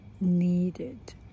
needed